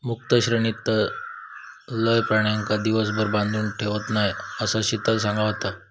मुक्त श्रेणीतलय प्राण्यांका दिवसभर बांधून ठेवत नाय, असा शीतल सांगा होता